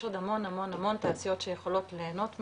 יש עוד המון תעשיות שיכולות להנות מזה,